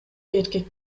эркек